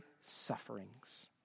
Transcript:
sufferings